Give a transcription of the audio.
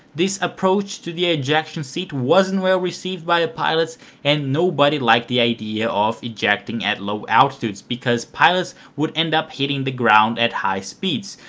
this approach to the ejection seat wasn't well received by the pilots and nobody liked the idea of ejecting at low altitudes because pilots would end up hitting the ground at high speeds,